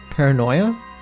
Paranoia